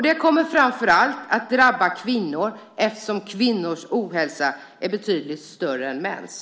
Det kommer framför allt att drabba kvinnor, eftersom kvinnors ohälsa är betydligt större än mäns.